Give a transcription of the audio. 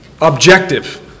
objective